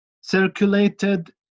circulated